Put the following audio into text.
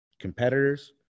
Competitors